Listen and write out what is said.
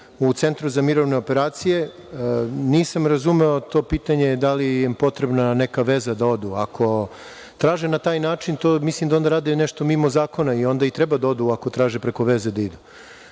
u Centru za mirovne operacije. Nisam razumeo to pitanje da li im je potrebna neka veza da odu. Ako traže na taj način, mislim da onda rade nešto mimo zakona i onda i treba da odu ako traže preko veze da idu. Naš